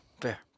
fair